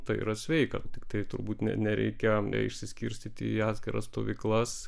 tai yra sveika tiktai turbūt ne nereikia neišsiskirstyti į atskiras stovyklas